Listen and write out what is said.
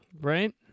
right